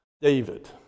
David